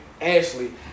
Ashley